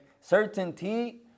Certainty